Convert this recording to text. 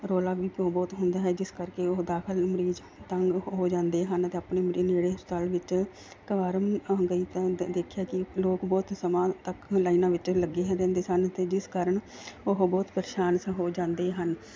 ਰੋਲਾ ਵੀ ਤੂੰ ਬਹੁਤ ਹੁੰਦਾ ਹੈ ਜਿਸ ਕਰਕੇ ਉਹ ਦਾਖਲ ਅੰ ਮਰੀਜ਼ ਤੰਗ ਹੋ ਜਾਂਦੇ ਹਨ ਅਤੇ ਆਪਣੇ ਮਰੀ ਨੇੜੇ ਹਸਪਤਾਲ ਵਿੱਚ ਇਕ ਵਾਰ ਗਈ ਤਾਂ ਅੰਦਰ ਦੇਖਿਆ ਕਿ ਲੋਕ ਬਹੁਤ ਹੀ ਸਮੇਂ ਤੱਕ ਲਾਈਨਾਂ ਵਿੱਚ ਲੱਗੇ ਰਹਿੰਦੇ ਸਨ ਅਤੇ ਜਿਸ ਕਾਰਨ ਉਹ ਬਹੁਤ ਪਰੇਸ਼ਾਨ ਸ ਹੋ ਜਾਂਦੇ ਹਨ